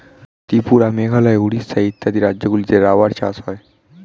ত্রিপুরা, মেঘালয়, উড়িষ্যা ইত্যাদি রাজ্যগুলিতে রাবার চাষ হয়